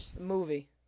Movie